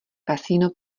kasino